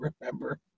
remember